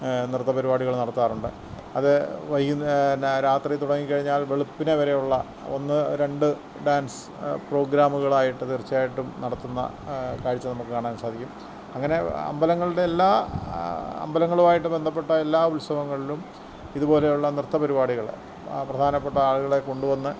നൃത്ത പരിപാടികൾ നടത്താറുണ്ട് അതു വൈകി പിന്നെ രാത്രി തുടങ്ങിക്കഴിഞ്ഞാൽ വെളുപ്പിനു വരെ ഉള്ള ഒന്നു രണ്ടു ഡാൻസ് പ്രോഗ്രാമുകളായിട്ട് തീർച്ചയായിട്ടും നടത്തുന്ന കാഴ്ച നമുക്ക് കാണാൻ സാധിക്കും അങ്ങനെ അമ്പലങ്ങളുടെ എല്ലാ അമ്പലങ്ങളുമായിട്ടു ബന്ധപ്പെട്ട എല്ലാ ഉത്സവങ്ങളിലും ഇതുപോലെയുള്ള നൃത്ത പരിപാടികൾ പ്രധാനപ്പെട്ട ആളുകളെ കൊണ്ടു വന്ന്